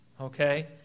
Okay